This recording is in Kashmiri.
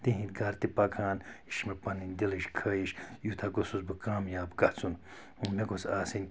تِہِنٛدۍ گھرٕ تہِ پَکہِ ہان یہِ چھِ مےٚ پَنٕنۍ دِلٕچ خوٛٲہش یوٗتاہ گوٚژھُس بہٕ کامیاب گژھُن مےٚ گوٚژھ آسٕنۍ